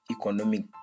economic